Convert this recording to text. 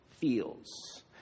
feels